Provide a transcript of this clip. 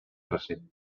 recent